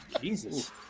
Jesus